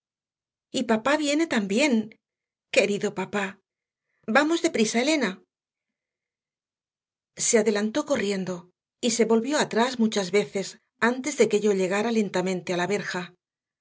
dueño y papá viene también querido papá vamos de prisa elena se adelantó corriendo y se volvió atrás muchas veces antes de que yo llegara lentamente a la verja